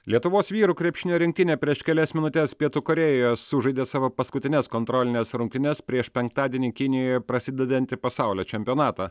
lietuvos vyrų krepšinio rinktinė prieš kelias minutes pietų korėjoje sužaidė savo paskutines kontrolines rungtynes prieš penktadienį kinijoje prasidedantį pasaulio čempionatą